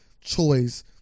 choice